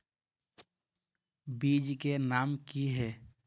बीज के नाम की है?